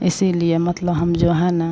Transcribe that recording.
इसीलिए मतलब हम जो है ना